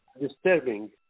disturbing